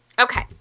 Okay